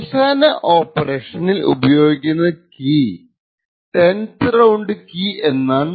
അവസാന ഓപ്പറേഷനിൽ ഉപയോഗിക്കുന്ന കീ ടെൻത് റൌണ്ട് കീ എന്നാണറിയപ്പെടുന്നത്